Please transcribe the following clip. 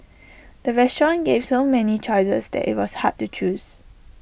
the restaurant gave so many choices that IT was hard to choose